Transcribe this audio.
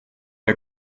der